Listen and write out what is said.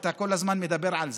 אתה כל הזמן מדבר על זה.